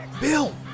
Bill